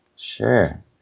Sure